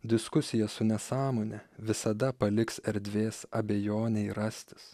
diskusija su nesąmone visada paliks erdvės abejonei rastis